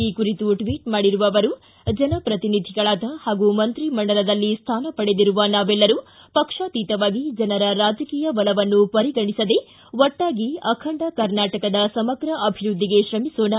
ಈ ಕುರಿತು ಟ್ವಿಟ್ ಮಾಡಿರುವ ಅವರು ಜನಪ್ರತಿನಿಧಿಗಳಾದ ಹಾಗೂ ಮಂತ್ರಿ ಮಂಡಲದಲ್ಲಿ ಸ್ಥಾನ ಪಡೆದಿರುವ ನಾವೆಲ್ಲರೂ ಪಕ್ಷಾತೀತವಾಗಿ ಜನರ ರಾಜಕೀಯ ಒಲವನ್ನು ಪರಿಗಣಿಸದೆ ಒಟ್ಟಾಗಿ ಅಖಂಡ ಕರ್ನಾಟಕದ ಸಮಗ್ರ ಅಭಿವೃದ್ಧಿಗೆ ತ್ರಮಿಸೋಣ